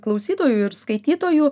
klausytojų ir skaitytojų